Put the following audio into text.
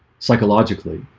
psychologically